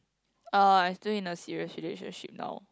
uh I still in a serious relationship now